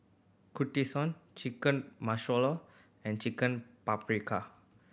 Kushikatsu Chicken and Chicken Paprika